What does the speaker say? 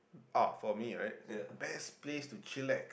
oh for me right best place to chillax